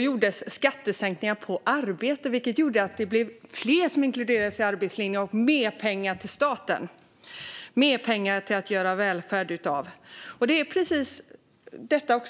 gjordes skattesänkningar på arbete, vilket gjorde att fler inkluderades i arbetslinjen. Det gav mer pengar till staten att göra välfärd av.